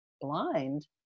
blind